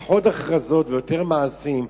פחות הכרזות ויותר מעשים,